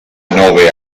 nove